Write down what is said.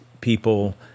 people –